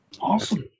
Awesome